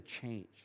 change